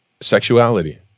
sexuality